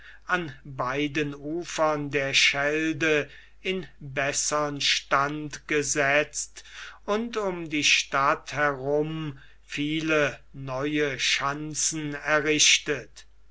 an beiden ufern der schelde in bessern stand gesetzt und um die stadt herum viele neue schanzen errichtet